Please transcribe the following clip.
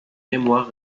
mémoires